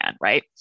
right